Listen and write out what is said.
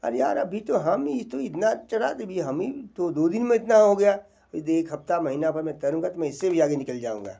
अरे यार अभी तो हम ये तो इतना चढ़ा दे अभी हम ही तो दो दिन में इतना हो गया अभी तो एक हफ़्ता महीना भर मैं तैरूँगा तो मैं इससे भी आगे मैं निकल जाऊँगा